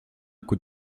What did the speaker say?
coup